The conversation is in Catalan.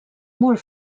molt